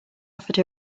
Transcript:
offered